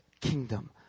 kingdom